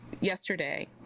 yesterday